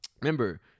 Remember